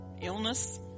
illness